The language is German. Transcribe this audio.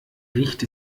riecht